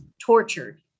tortured